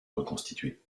reconstitué